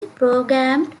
programmed